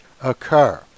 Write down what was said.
occur